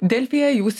delfyje jūs